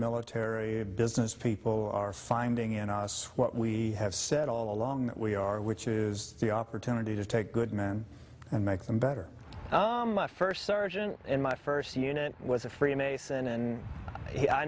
military business people are finding in us what we have said all along that we are which is the opportunity to take good men and make them better oh my first surgeon in my first unit was a freemason and